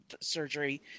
surgery